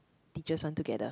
teacher's one together